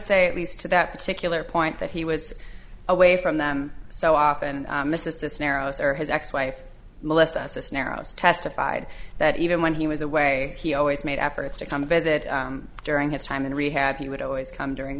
say at least to that particular point that he was away from them so often missis's narrow sir his ex wife molest us narrows testified that even when he was away he always made efforts to come visit during his time in rehab he would always come during